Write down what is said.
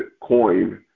coin